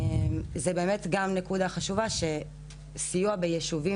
זו באמת גם נקודה חשובה שסיוע ביישובים